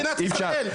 במדינת ישראל.